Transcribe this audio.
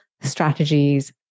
strategies